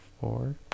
four